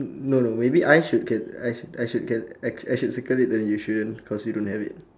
no no maybe I should can~ I should I should can~ I I should circle it and you shouldn't cause you don't have it